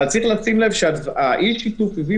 אי השיתוף הביא